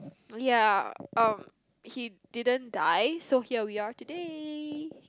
ya um he didn't die so here we are today